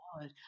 God